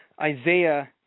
Isaiah